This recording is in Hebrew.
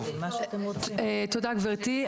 גברתי,